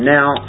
Now